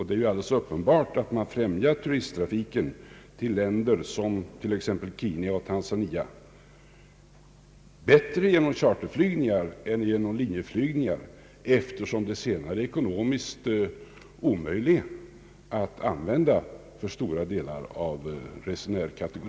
Det är alldeles uppenbart att man främjar turisttrafik till länder som exempelvis Kenya och Tanzania bättre genom charterflygningar än genom linjeflygningar. De senare är ju ekonomiskt omöjliga att använda för flertalet resenärer.